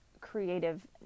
creative